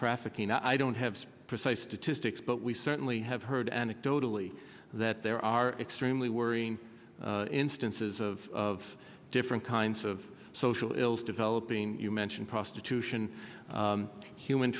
trafficking i don't have precise statistics but we certainly have heard anecdotally that there are extremely worrying instances of different kinds of social ills developing you mentioned prostitution human